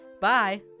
Bye